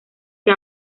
que